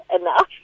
enough